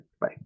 Bye